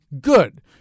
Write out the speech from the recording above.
good